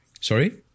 Sorry